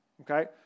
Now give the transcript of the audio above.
okay